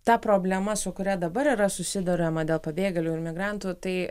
ta problema su kuria dabar yra susiduriama dėl pabėgėlių ir imigrantų tai